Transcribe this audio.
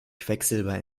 quecksilber